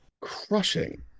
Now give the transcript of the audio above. crushing